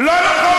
זה לא נכון.